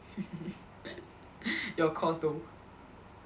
your course though